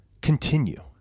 continue